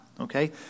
okay